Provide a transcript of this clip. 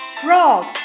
frog